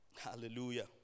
Hallelujah